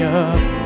up